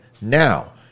now